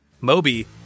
Moby